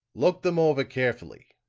look them over carefully,